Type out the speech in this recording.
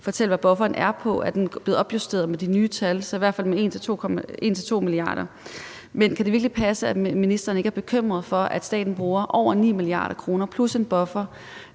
fortælle, hvad bufferen er på, og om den er blevet opjusteret med de nye tal, i hvert fald 1-2 mia. kr. Kan det virkelig passe, at ministeren ikke er bekymret for, at staten bruger over 9 mia. kr. plus en buffer